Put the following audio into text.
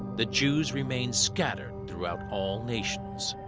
the jews remained scattered throughout all nations.